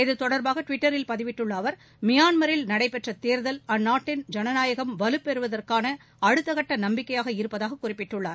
இது தொடர்பாக ட்விட்டரில் பதிவிட்டுள்ள அவர் மியான்மரில் நடைபெற்ற தேர்தல் அந்நாட்டில் ஜனநாயகம் வலுப் பெறுவதற்கான அடுத்த கட்ட நம்பிக்கையாக இருப்பதாக குறிப்பிட்டுள்ளார்